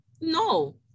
no